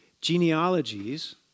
genealogies